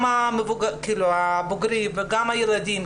גם הבוגרים וגם הילדים.